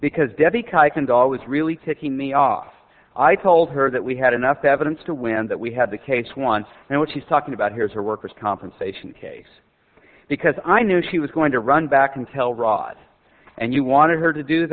because debbie kuykendall was really ticking me off i told her that we had enough evidence to win that we had the case once and what she's talking about here is her worker's compensation case because i knew she was going to run back and tell rod and you wanted her to do